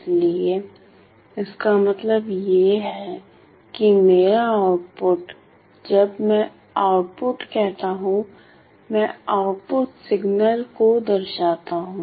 इसलिए इसका मतलब है कि मेरा आउटपुट जब मैं आउटपुट कहता हूं मैं आउटपुट सिग्नल को दर्शाता हूं